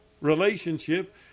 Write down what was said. relationship